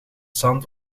zand